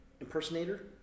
impersonator